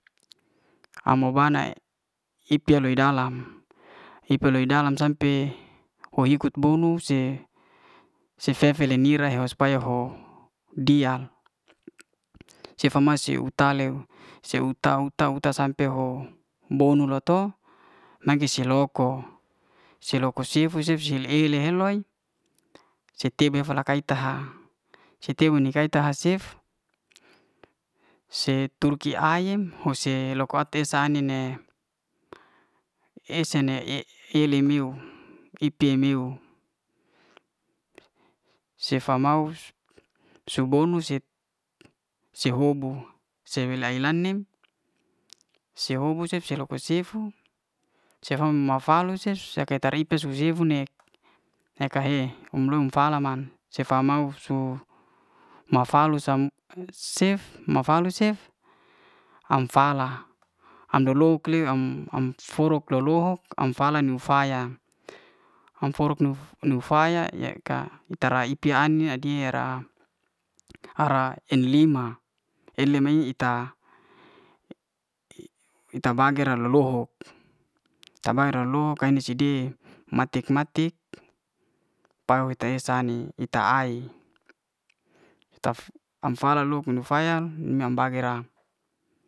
Amo'bana i, ip'yoi dalam. ip'yoi dalam sampe ko ikot bonus se se fe fe li'nira hos fayo ho dial, sefa mase uta'leu se uta, uta- uta sampe ho bonu'ra to nagi se'loko, se'loko sifu cef sil'ely he heloy ce tebe falak kaita'ha, se tebu ni kay'ta na ha cef se turky ay'yem hose loko ko eta say ai'nem ne ese ne e he se ni miuw, ipe'miuw sefa mau su bonus se se houbu, sei way lay'nem se hobu se loko'sifu se he ma'falu cef se ye ka'riku su sebu ne ka he um lum'falak man sefa mau su'ma falu sam cef ma falu sef am fala, am lo'lohok le am'forok lo- lohok'ka ho am falak niuw faya, am forok ne faya ye ka eta'ra iti ai'nim ai di'ra, a'ra en'lima eli mey ita ita bage'ra lu'lohok tabaray lolohok kain si'di matik matik pawa ita esa'ni ita ai am fala lok ne faya in bage'ra